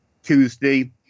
Tuesday